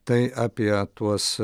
tai apie tuos